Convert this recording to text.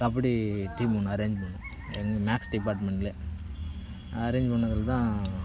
kabaddi team ஒன்று arrange பண்ணிணோம் எங்கள் மேக்ஸ் டிபார்ட்மெண்ட்லேயே அரேஞ்ச் பண்ணிணதுதான்